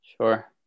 Sure